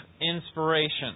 inspiration